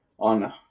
On